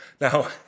Now